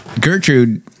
Gertrude